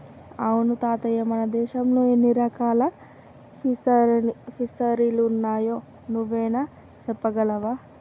అవును తాతయ్య మన దేశంలో ఎన్ని రకాల ఫిసరీలున్నాయో నువ్వైనా సెప్పగలవా